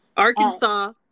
Arkansas